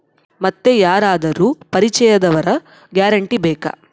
ಮತ್ತೆ ಯಾರಾದರೂ ಪರಿಚಯದವರ ಗ್ಯಾರಂಟಿ ಬೇಕಾ?